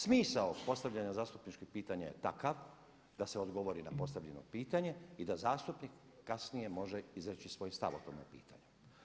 Smisao postavljanja zastupničkih pitanja je takav da se odgovori na postavljeno pitanje i da zastupnik kasnije može izreći svoj stav o tome pitanju.